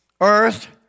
earth